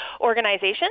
organization